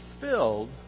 filled